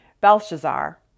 Belshazzar